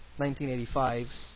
1985